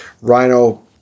Rhino